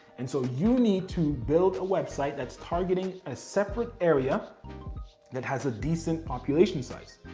and so you need to build a website that's targeting a separate area that has a decent population size.